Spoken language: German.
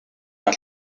der